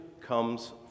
comes